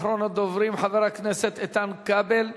אחרון הדוברים, חבר הכנסת איתן כבל.